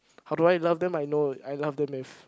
how do I love them I know I love them if